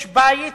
יש בית